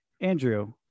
Andrew